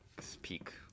speak